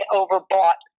overbought